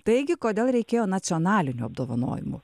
taigi kodėl reikėjo nacionalinių apdovanojimų